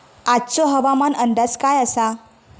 आजचो हवामान अंदाज काय आसा?